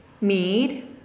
meat